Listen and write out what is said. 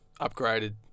upgraded